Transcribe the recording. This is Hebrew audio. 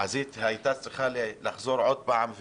והיא הייתה צריכה לחזור על זה עוד פעם,